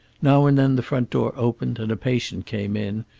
now and then the front door opened, and a patient came in,